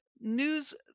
news